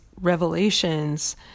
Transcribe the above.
revelations